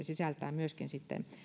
sisältää myöskin sitten